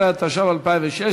16), התשע"ו 2016,